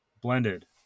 blended